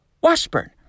Washburn